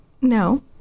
no